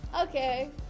Okay